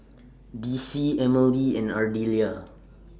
Dicie Emmalee and Ardelia